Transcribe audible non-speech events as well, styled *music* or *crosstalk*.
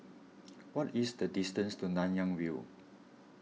*noise* what is the distance to Nanyang View